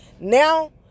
now